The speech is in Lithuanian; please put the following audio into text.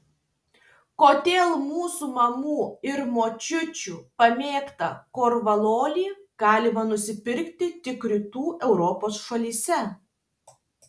kodėl mūsų mamų ir močiučių pamėgtą korvalolį galima nusipirkti tik rytų europos šalyse